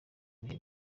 bihe